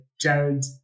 Jared